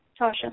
tasha